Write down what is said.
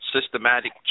systematic